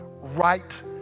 Right